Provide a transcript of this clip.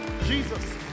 Jesus